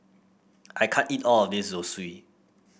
I can't eat all of this Zosui